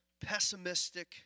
pessimistic